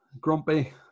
Grumpy